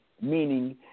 meaning